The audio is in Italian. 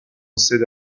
sede